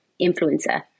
influencer